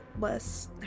less